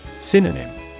Synonym